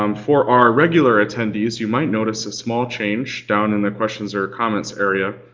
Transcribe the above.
um for our regular attendees you might notice a small change down in the questions or comments area.